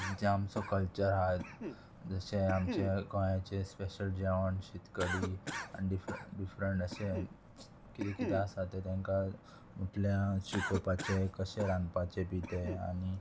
म्हणचे आमचो कल्चर आहा जशें आमचे गोंयाचे स्पेशल जेवण शीतकडी आनी डिफरंट डिफरंट अशे किदें किदें आसा तें तांकां म्हटल्यार शिकोवपाचें कशें रांदपाचें बी तें आनी